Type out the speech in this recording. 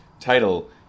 title